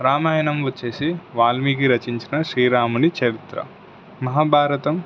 రామాయణం వచ్చేసి వాల్మీకి రచించిన శ్రీరామునిి చరిత్ర మహాభారతం